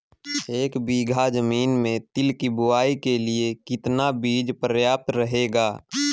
एक बीघा ज़मीन में तिल की बुआई के लिए कितना बीज प्रयाप्त रहेगा?